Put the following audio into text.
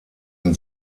ein